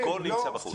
הכול נמצא בחוץ?